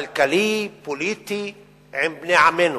כלכלי, פוליטי עם בני עמנו.